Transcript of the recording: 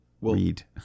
read